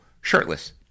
shirtless